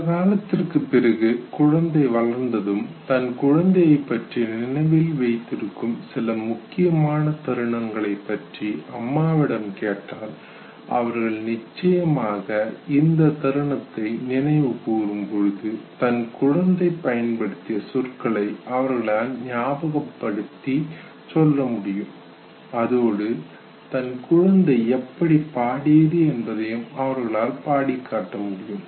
சில காலத்திற்குப் பிறகு குழந்தை வளர்ந்ததும் தன் குழந்தையைப் பற்றி நினைவில் வைத்திருக்கும் சில முக்கியமான தருணங்களை பற்றி அம்மாவிடம் கேட்டால் அவர்கள் நிச்சயமாக இந்த தருணத்தை நினைவு கூறும் பொழுது தன் குழந்தை பயன்படுத்திய சொற்களை அவர்களால் நன்றாக ஞாபகப்படுத்தி சொல்லமுடியும் அதோடு தன் குழந்தை எப்படி பாடியது என்பதையும் அவர்களால் பாடிக் காட்ட முடியும்